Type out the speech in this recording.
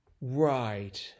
right